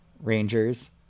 Rangers